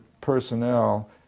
personnel